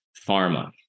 pharma